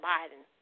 Biden